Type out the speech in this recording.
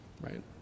Right